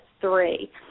three